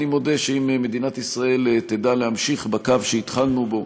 אני מודה שאם מדינת ישראל תדע להמשיך בקו שהתחלנו בו,